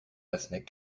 ethnic